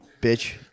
Bitch